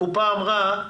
הקופה אמרה: